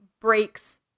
breaks